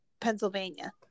Pennsylvania